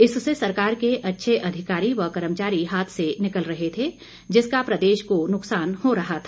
इससे सरकार के अच्छे अधिकारी व कर्मचारी हाथ से निकल रहे थे जिसका प्रदेश को नुकसान हो रहा था